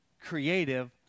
creative